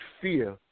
fear